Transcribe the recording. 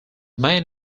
main